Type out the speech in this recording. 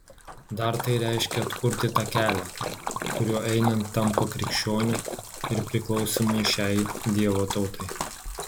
dar tai reiškia atkurti tą kelią kuriuo einant tampa krikščioniu ir priklausymui šiai dievo tautai